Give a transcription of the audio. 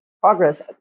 progress